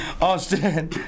Austin